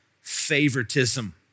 favoritism